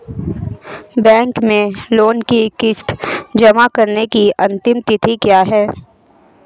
Bank में loan की किश्त जमा कराने की अंतिम तिथि क्या है?